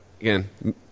again